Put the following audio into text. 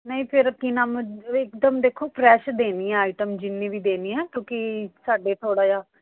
ਨਹੀਂ ਫਿਰ ਕੀ ਨਾਮ ਇੱਕ ਦਮ ਦੇਖੋ ਫਰੈਸ਼ ਦੇਣੀ ਆਈਟਮ ਜਿੰਨੀ ਵੀ ਦੇਣੀ ਆ ਕਿਉਂਕੀ ਸਾਡੇ ਥੋੜ੍ਹਾ ਜਿਹਾ